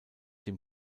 dem